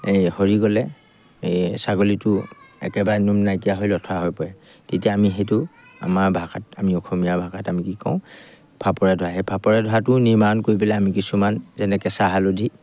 এই হৰি গ'লে এই ছাগলীটোও একেবাৰে নোম নাইকিয়া হৈ লঠৰা হৈ পৰে তেতিয়া আমি সেইটো আমাৰ ভাষাত আমি অসমীয়া ভাষাত আমি কি কওঁ ফাপৰে ধৰা সেই ফাপৰে ধৰাটোও নিৰ্মাণ কৰি পেলাই আমি কিছুমান যেনে কেঁচা হালধি